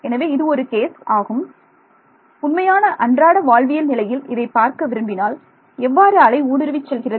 எனவே இது ஒரு கேஸ் ஆகும் எனவே உண்மையான அன்றாட வாழ்வியல் நிலையில் இதை பார்க்க விரும்பினால் எவ்வாறு அலை ஊடுருவிச் செல்கிறது